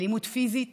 אלימות פיזית